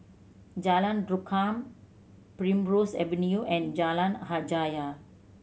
Jalan Rukam Primrose Avenue and Jalan Hajijah